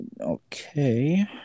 Okay